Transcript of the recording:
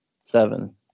seven